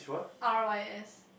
R_Y_S